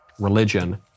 religion